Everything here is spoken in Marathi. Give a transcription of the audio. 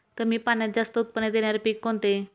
कमी पाण्यात जास्त उत्त्पन्न देणारे पीक कोणते?